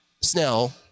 Snell